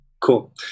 cool